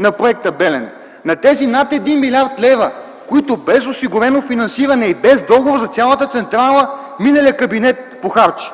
на Проекта „Белене”. На тези над 1 млрд. лв., които без осигурено финансиране и без договор за цялата централа миналия кабинет похарчи.